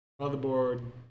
motherboard